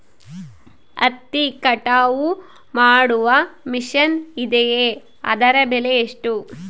ಹತ್ತಿ ಕಟಾವು ಮಾಡುವ ಮಿಷನ್ ಇದೆಯೇ ಅದರ ಬೆಲೆ ಎಷ್ಟು?